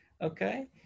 Okay